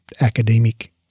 academic –